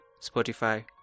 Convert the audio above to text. Spotify